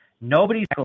nobody's